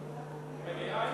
מליאה?